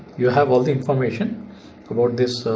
you have all the information about this.